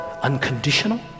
unconditional